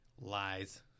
lies